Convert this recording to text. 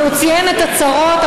והוא ציין את הצרות,